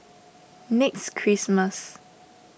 next Christmas